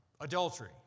Adultery